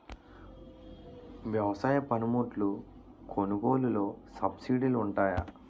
వ్యవసాయ పనిముట్లు కొనుగోలు లొ సబ్సిడీ లు వుంటాయా?